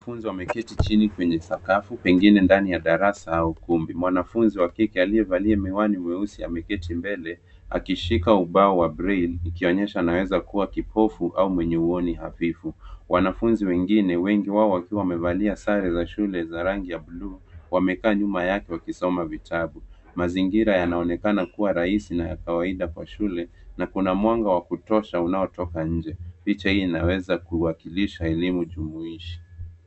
Wanafunzi wameketi chini kwenye sakafu, pengine ndani ya darasa au ukumbi. Mwanafunzi wa kike aliyevalia miwani mweusi ameketi mbele akishika ubao wa braille , ikionyesha anaeza kuwa kipofu au mwenye uoni hafifu. Wanafunzi wengine, wengi wao wakiwa wamevalia sare za shule za rangi ya bluu, wamekaa nyuma yake wakisoma vitabu. Mazingira yanaonekana kuwa rahisi na ya kawaida kwa shule na kuna mwanga wa kutosha unaotoka nje. Picha hii inaweza kuwakilisha elimu jumuishi.